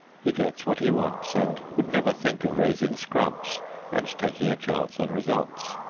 he gets what he wants and would never think of raising scrubs and taking a chance on results.